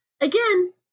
again